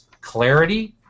clarity